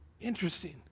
Interesting